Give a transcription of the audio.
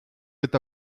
with